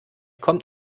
kommt